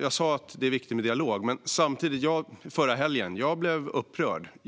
Jag sa att det är viktigt med dialog. Men förra helgen blev jag upprörd.